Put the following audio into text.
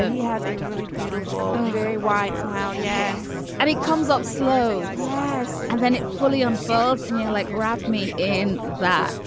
and he has a really beautiful, very wide smile yes. and it comes up slow. yes. and then it fully unfolds. and you, yeah like, wrapped me in that.